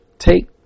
Take